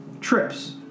trips